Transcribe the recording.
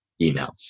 emails